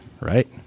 right